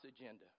agenda